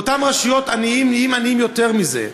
ואותן רשויות עניות נהיות עניות יותר מזה,